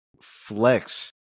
flex